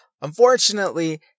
unfortunately